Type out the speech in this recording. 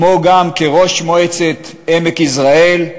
כמו גם כראש מועצת עמק יזרעאל,